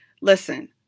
Listen